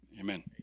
amen